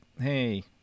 hey